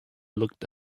looked